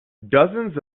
dozens